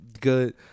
good